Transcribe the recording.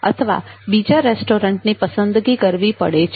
અથવા બીજા રેસ્ટોરન્ટની પસંદગી કરવી પડે છે